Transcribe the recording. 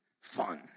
fun